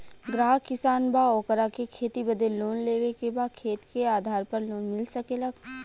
ग्राहक किसान बा ओकरा के खेती बदे लोन लेवे के बा खेत के आधार पर लोन मिल सके ला?